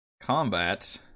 combat